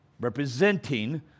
representing